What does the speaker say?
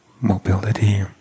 Mobility